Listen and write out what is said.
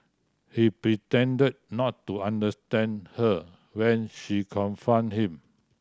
he pretended not to understand her when she confronted him